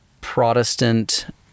protestant